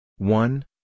One